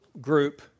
group